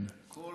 אני